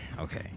okay